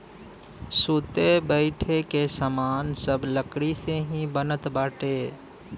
सुते बईठे के सामान सब लकड़ी से ही बनत बाटे